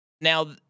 Now